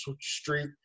Street